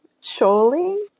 surely